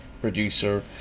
producer